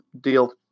deal